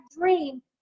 dream